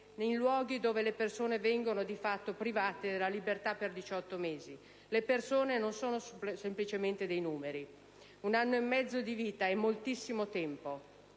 in luoghi dove le persone vengono di fatto private della libertà per 18 mesi. Le persone non sono semplicemente dei numeri: un anno e mezzo di vita è moltissimo tempo,